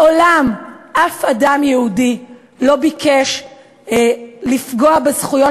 מעולם אף אדם יהודי לא ביקש לפגוע בזכויות